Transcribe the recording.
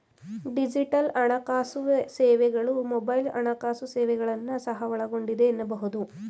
digital ಹಣಕಾಸು ಸೇವೆಗಳು mobile ಹಣಕಾಸು ಸೇವೆಗಳನ್ನ ಸಹ ಒಳಗೊಂಡಿದೆ ಎನ್ನಬಹುದು